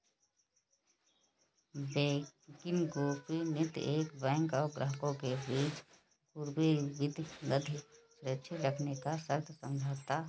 banking गोपनीयता एक bank और ग्राहकों के बीच पूर्वगामी गतिविधियां सुरक्षित रखने का एक सशर्त समझौता है